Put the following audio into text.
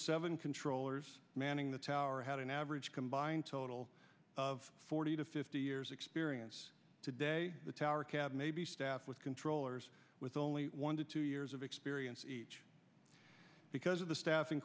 seven controllers manning the tower had an average combined total of forty to fifty years experience today the tower cab may be staffed with controllers with only one to two years of experience each because of the staffing